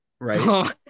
right